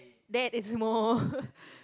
that is more